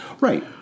right